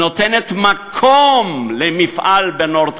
נותנת מקום למפעל ב-North Carolina,